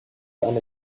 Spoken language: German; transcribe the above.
eine